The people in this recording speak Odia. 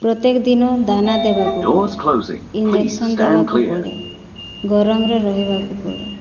ପ୍ରତ୍ୟେକ ଦିନ ଦାନା ଦେବାକୁ ପଡ଼େ ଇଞ୍ଜେକ୍ସନ୍ ଦେବାକୁ ପଡ଼େ ଗରମରେ ରହିବାକୁ ପଡ଼େ